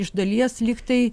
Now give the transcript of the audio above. iš dalies lyg tai